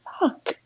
Fuck